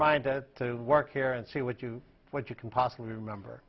mind to work here and see what you what you can possibly remember